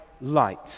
light